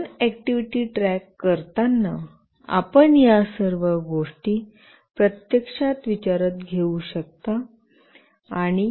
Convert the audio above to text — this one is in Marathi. ह्यूमन ऍक्टिव्हिटी ट्रॅक करताना आपण या सर्व गोष्टी प्रत्यक्षात विचारात घेऊ शकता